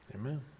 Amen